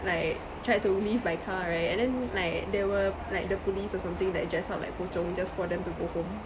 like try to leave by car right and then like there were like the police or something that dress up like pocong just for them to go home